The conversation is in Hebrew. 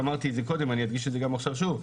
אמרתי את זה קודם ואני אדגיש את זה גם עכשיו שוב,